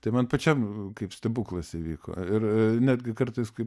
tai man pačiam kaip stebuklas įvyko ir netgi kartais kai